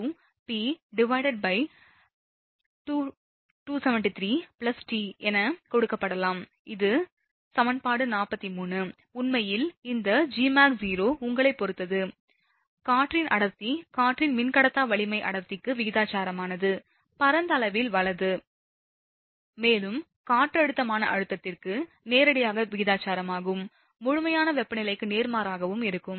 392p273t என கொடுக்கப்படலாம் இது சமன்பாடு 43 உண்மையில் இந்த Gmax0 உங்களைப் பொறுத்தது காற்றின் அடர்த்தி காற்றின் மின்கடத்தா வலிமை அடர்த்திக்கு விகிதாசாரமானது பரந்த அளவில் வலது மேலும் காற்றழுத்தமான அழுத்தத்திற்கு நேரடியாக விகிதாசாரமாகவும் முழுமையான வெப்பநிலைக்கு நேர்மாறாகவும் இருக்கும்